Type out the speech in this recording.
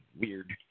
weird